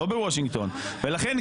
לא בוושינגטון "ולכן,